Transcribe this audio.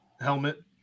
helmet